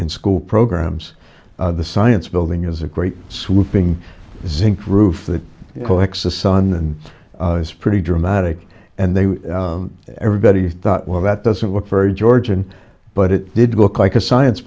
school programs the science building is a great sweeping zinc roof that collects the sun and is pretty dramatic and they everybody thought well that doesn't look very georgian but it did look like a science